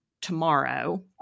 tomorrow